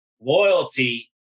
loyalty